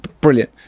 brilliant